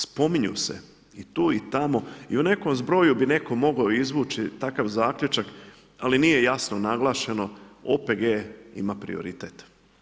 Spominju se i tu i tamo i u nekom zbroju bi neko mogo izvući takav zaključak, ali nije jasno naglašeno OPG ima prioritet.